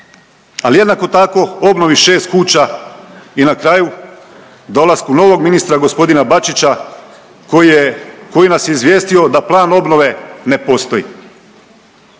Ali jednako tako obnovi 6 kuća i na kraju dolasku novog ministra gospodina Bačića koji nas je izvijestio da plan obnove ne postoji.